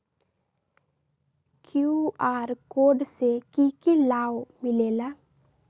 QR code से कि कि लाव मिलेला?